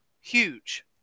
huge